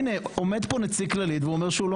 הנה יושב כאן נציג כללית ואומר שהוא לא